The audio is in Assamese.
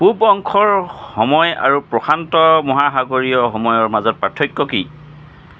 পূব অংশৰ সময় আৰু প্ৰশান্ত মহাসাগৰীয় সময়ৰ মাজৰ পাৰ্থক্য কি